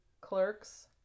Clerks